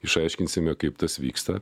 išaiškinsime kaip tas vyksta